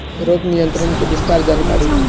रोग नियंत्रण के विस्तार जानकारी दी?